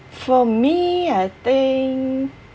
for me I think